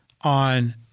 on